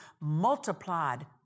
Multiplied